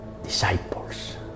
disciples